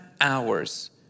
hours